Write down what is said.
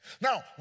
Now